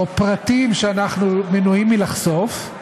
או פרטים, שאנחנו מנועים מלחשוף?